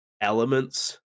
elements